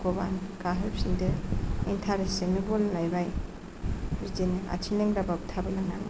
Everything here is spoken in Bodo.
भग'बान गाहोफिन्दो एन्टारेस्ट जोंनो बल नायबाय बिदिनो आथिं लेंग्राबाबो थाबायनानै